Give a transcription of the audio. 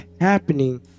happening